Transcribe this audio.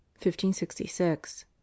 1566